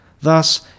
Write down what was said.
Thus